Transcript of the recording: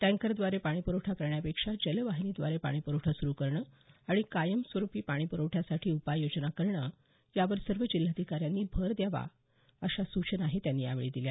टँकरद्वारे पाणी प्रवठा करण्यापेक्षा जलवाहिनीद्वारे पाणी पुरवठा सुरु करणं आणि कायम स्वरुपी पाणी प्रवठ्यासाठी उपाययोजना करणं यावर सर्व जिल्हाधिकाऱ्यांनी भर द्यावा अशा सूचनाही त्यांनी यावेळी दिल्या